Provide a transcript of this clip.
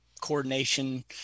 coordination